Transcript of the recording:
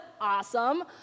awesome